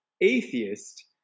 atheist